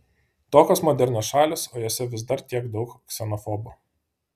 tokios modernios šalys o jose vis dar tiek daug ksenofobų